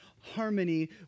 harmony